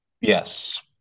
Yes